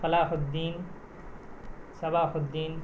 فلاح الدین صباح الدین